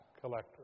collector